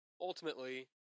Ultimately